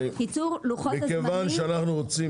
לוחות הזמנים- -- כיוון שאנו רוצים